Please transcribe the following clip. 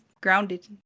grounded